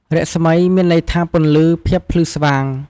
រស្មី មានន័យថាពន្លឺ ភាពភ្លឺស្វាង។